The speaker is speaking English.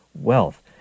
wealth